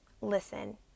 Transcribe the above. listen